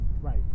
Right